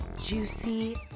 juicy